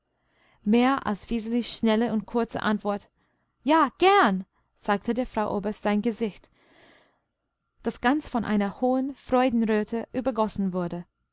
mehr als wiselis schnelle und kurze antwort ja gern sagte der frau oberst sein gesicht das ganz von einer hohen freudenröte übergossen wurde